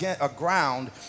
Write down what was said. aground